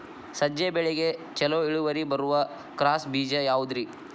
ಸಜ್ಜೆ ಬೆಳೆಗೆ ಛಲೋ ಇಳುವರಿ ಬರುವ ಕ್ರಾಸ್ ಬೇಜ ಯಾವುದ್ರಿ?